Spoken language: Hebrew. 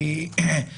בטבריה,